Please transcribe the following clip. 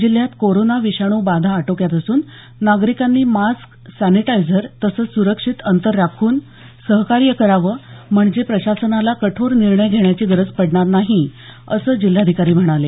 जिल्ह्यात कोरोना विषाणू बाधा आटोक्यात असून नागरिकांनी मास्क सॅनिटायझर तसंच सुरक्षीत अंतर राखून सहकार्य करावं म्हणजे प्रशासनाला कठोर निर्णय घेण्याची गरज पडणार नाही असं जिल्हाधिकारी म्हणाले